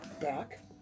back